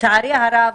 לצערי הרב,